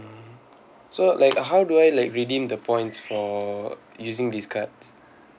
so like how do I like redeem the points for using this card